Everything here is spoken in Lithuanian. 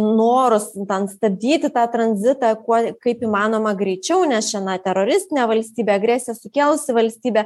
noras ten stabdyti tą tranzitą kuo kaip įmanoma greičiau nes čia na teroristinė valstybė agresiją sukėlusi valstybė